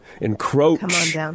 encroach